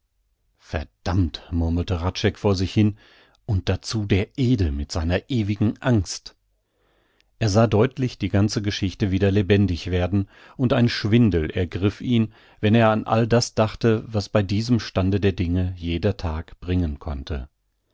verdammt murmelte hradscheck vor sich hin und dazu der ede mit seiner ewigen angst er sah deutlich die ganze geschichte wieder lebendig werden und ein schwindel ergriff ihn wenn er an all das dachte was bei diesem stande der dinge jeder tag bringen konnte